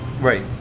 Right